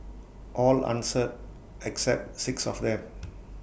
all answered except six of them